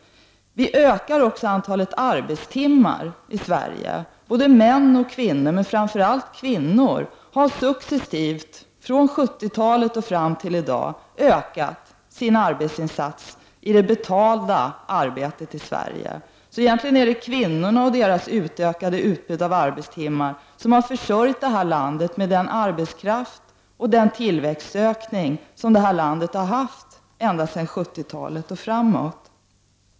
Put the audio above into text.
Också antalet arbetstimmar ökar i Sverige. Både män och kvinnor men framför allt kvinnor har successivt från 70-talet och fram till i dag ökat sin arbetsinsats i det betalda arbetet. Egentligen är det kvinnorna och deras ökade utbud av arbetstimmar som har försörjt Sverige med den arbetskraft och den tillväxtökning som landet har haft ända sedan 70-talet och framåt.